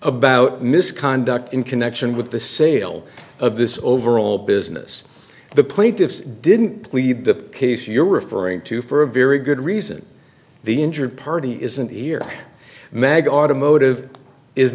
about misconduct in connection with the sale of this overall business the plaintiffs didn't plead the case you're referring to for a very good reason the injured party isn't here maggie automotive is